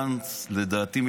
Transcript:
לדעתי,